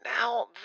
Now